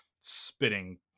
spitting